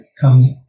comes